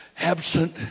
Absent